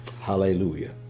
Hallelujah